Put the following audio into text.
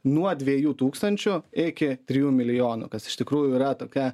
nuo dviejų tūkstančių iki trijų milijonų kas iš tikrųjų yra tokia